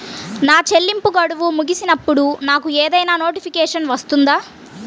నా చెల్లింపు గడువు ముగిసినప్పుడు నాకు ఏదైనా నోటిఫికేషన్ వస్తుందా?